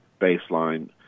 baseline